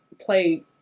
play